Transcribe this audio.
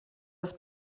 das